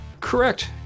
Correct